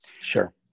Sure